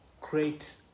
create